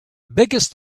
biggest